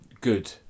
good